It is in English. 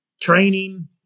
training